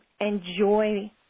enjoy